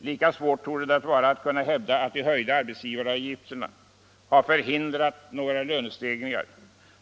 Lika svårt torde det vara att hävda att de höjda arbetsgivaravgifterna har förhindrat några lönestegringar.